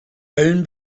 down